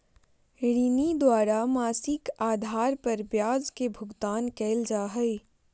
ऋणी द्वारा मासिक आधार पर ब्याज के भुगतान कइल जा हइ